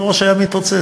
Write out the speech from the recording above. הראש היה מתפוצץ.